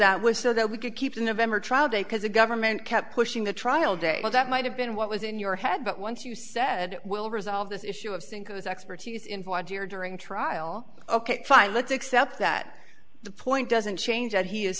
that was so that we could keep the november trial date because the government kept pushing the trial date well that might have been what was in your head but once you said we'll resolve this issue of synchros expertise in volunteer during trial ok fine let's accept that the point doesn't change and he is